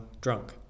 drunk